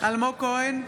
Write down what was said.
אלמוג כהן,